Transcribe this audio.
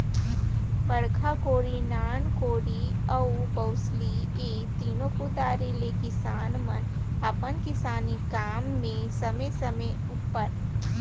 बड़खा कोड़ी, नान कोड़ी अउ बउसली ए तीनो कुदारी ले किसान मन अपन किसानी काम मे समे समे उपर